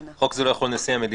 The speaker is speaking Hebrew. חוק זה לא יחול על נשיא המדינה.